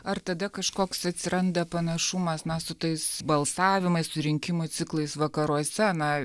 ar tada kažkoks atsiranda panašumas na su tais balsavimais surinkimo ciklais vakaruose na